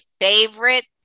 favorite